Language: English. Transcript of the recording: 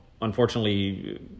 unfortunately